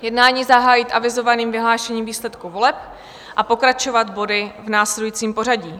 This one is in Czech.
Jednání zahájit avizovaným vyhlášením výsledků voleb a pokračovat body v následujícím pořadí: